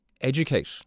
educate